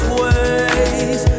ways